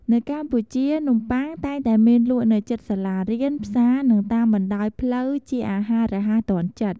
នៅកម្ពុជា នំបុ័ង តែងតែមានលក់នៅជិតសាលារៀន ផ្សារ និងតាមបណ្តាលផ្លូវជាអាហាររហ័សទាន់ចិត្ត។